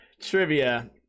trivia